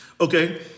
Okay